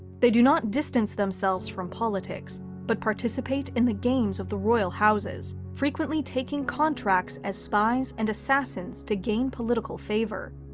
they do not distance themselves from politics, but participate in the games of the royal houses, frequently taking contracts as spies and assassins to gain political favor.